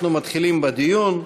אנחנו מתחילים בדיון,